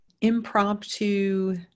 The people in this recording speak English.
impromptu